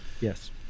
Yes